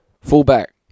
Fullback